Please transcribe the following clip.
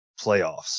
playoffs